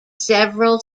several